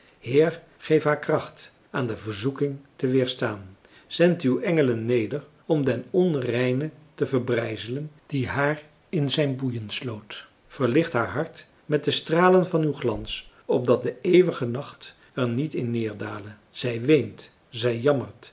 geef haar kracht aan de verzoeking te weerstaan zend uw engelen neder om den onreine te verbrijzelen die haar in zijn boeien sloot verlicht haar hart met de stralen van uw glans opdat de eeuwige nacht er niet in neerdale zij weent zij jammert